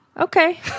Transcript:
Okay